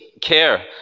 care